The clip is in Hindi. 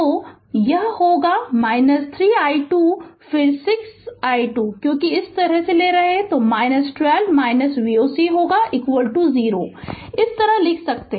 तो यह होगा 3 i2 फिर 6 i1 क्योंकि इस तरह ले रहे हैं तो 12 Voc होगा 0 इस तरह लिख सकते हैं लिख सकते हैं